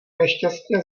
nešťastně